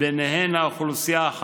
היום הזה ישנם הרבה חולי נפש שיושבים בבית,